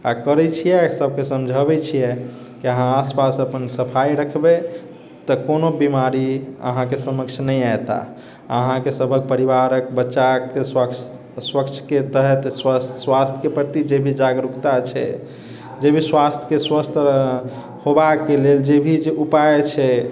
आ करैत छिऐ आ सभके समझबैत छिऐ कि अहाँ आस पास अपन सफाइ रखबै तऽ कोनो बिमारी अहाँकेँ समक्ष नहि ऐताह अहाँकेँ सभहक परिवारक बच्चाके स्वस्थ स्वच्छके तहत स्वास्थ्यके प्रति जेभी जागरुकता छै जे भी स्वास्थ्यके स्वस्थ्य होएबाके लेल जेभी जे उपाय छै